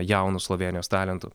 jaunu slovėnijos talentu